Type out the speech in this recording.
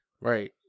Right